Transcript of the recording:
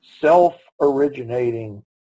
self-originating